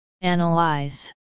analyze